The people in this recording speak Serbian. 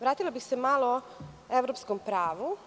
Vratila bih se malo evropskom pravu.